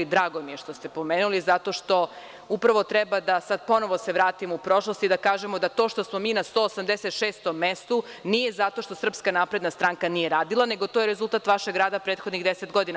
Drago mi je što ste pomenuli, zato što upravo treba da se ponovo vratimo u prošlost i da kažemo da to što smo mi na 186. mestu nije zato što SNS nije radila, nego je to rezultat vašeg rada prethodnih 10 godina.